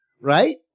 right